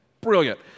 brilliant